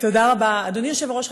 תודה רבה, אדוני היושב-ראש.